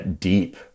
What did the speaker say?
deep